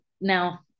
now